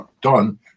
done